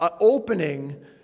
opening